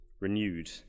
renewed